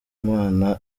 imana